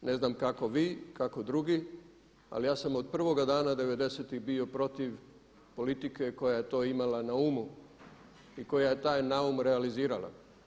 Ne znam kako vi, kako drugi, ali ja sam od prvoga dana devedesetih bio protiv politike koja je to imala na umu i koja je taj naum realizirala.